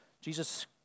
Jesus